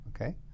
okay